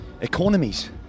economies